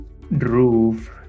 roof